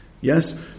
Yes